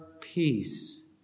peace